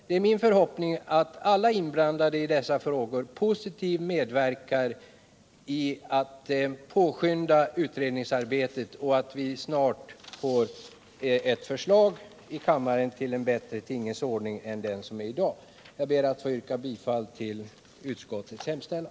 Det är min förhoppning att alla i dessa frågor inblandade positivt medverkar till att påskynda utredningsarbetet och att vi snart får ett förslag i kammaren till en bättre tingens ordning än den som råder i dag. Jag ber att få yrka bifall till utskottets hemställan.